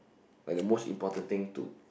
like the most important thing to